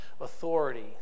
authority